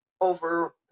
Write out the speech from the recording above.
over